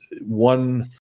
one